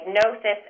diagnosis